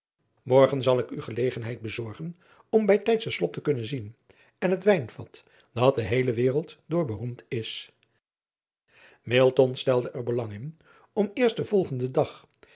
orgen zal ik u gelegenheid bezorgen om bij tijds het lot te kunnen bezien en het ijnvat dat de heele wereld door beroemd is stelde er belang in om eerst den volgenden dag